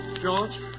George